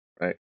Right